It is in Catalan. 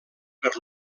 per